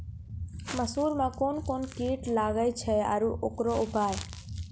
मसूर मे कोन कोन कीट लागेय छैय आरु उकरो उपाय?